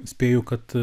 spėju kad